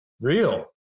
Real